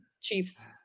Chiefs